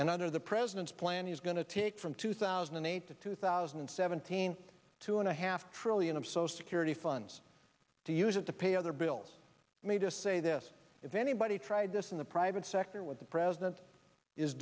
and under the president's plan he's going to take from two thousand and eight to two thousand and seventeen two and a half trillion or so security funds to use it to pay other bills for me to say this if anybody tried this in the private sector what the president is